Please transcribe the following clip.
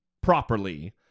properly